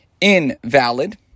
invalid